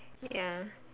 ya